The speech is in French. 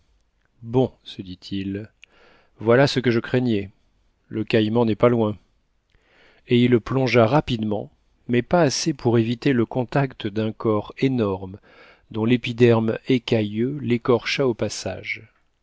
bon se dit-il voilà ce que je craignais le caïman n'est pas loin et il plongea rapidement mais pas assez pour éviter le contact d'un corps énorme dont l'épiderme écailleux l'écorcha au passage